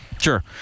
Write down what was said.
Sure